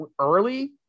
early